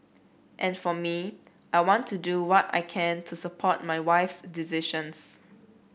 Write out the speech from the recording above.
and for me I want to do what I can to support my wife's decisions